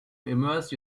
immerse